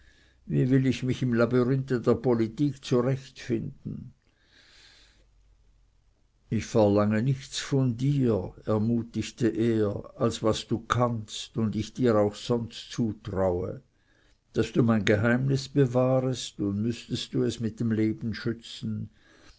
wie will ich mich im labyrinthe der politik zurechtfinden ich verlange nichts von dir ermutigte er als was du kannst und ich dir auch sonst zutraue daß du mein geheimnis bewahrest und müßtest du es mit dem leben schützen